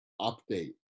update